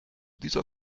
dieser